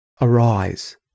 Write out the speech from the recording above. Arise